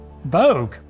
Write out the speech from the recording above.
vogue